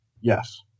Yes